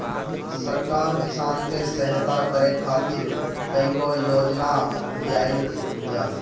सरकार किसान के सहयता करे खातिर कईगो योजना लियाइल बिया